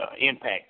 impact